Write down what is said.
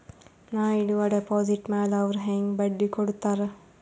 ನಾ ಇಡುವ ಡೆಪಾಜಿಟ್ ಮ್ಯಾಲ ಅವ್ರು ಹೆಂಗ ಬಡ್ಡಿ ಕೊಡುತ್ತಾರ?